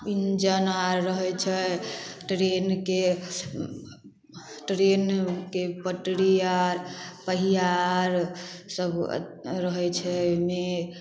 engine आर रहै छै ट्रेनके ट्रेनके पटरी आर पहिया आर सब रहै छै एहिमे